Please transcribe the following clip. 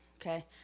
Okay